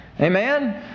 Amen